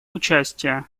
участие